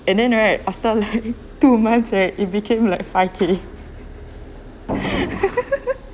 and then right after like two months right it became like five K